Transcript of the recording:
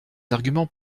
arguments